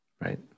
Right